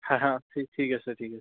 ঠিক আছে ঠিক আছে